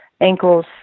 ankles